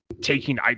taking